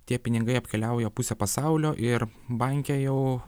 tie pinigai apkeliauja pusę pasaulio ir banke jau